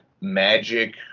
magic